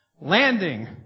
Landing